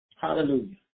Hallelujah